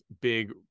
big